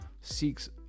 seeks